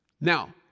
Now